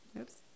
Oops